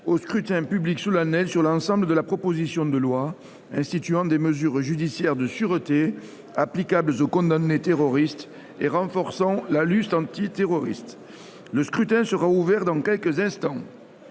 au scrutin public solennel sur l’ensemble de la proposition de loi instituant des mesures judiciaires de sûreté applicables aux condamnés terroristes et renforçant la lutte antiterroriste. Le scrutin sera ouvert dans quelques instants.